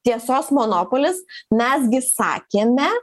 tiesos monopolis mes gi sakėme